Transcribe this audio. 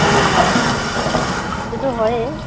অ সেইটোটো হয়েই